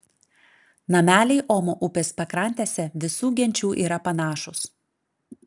nameliai omo upės pakrantėse visų genčių yra panašūs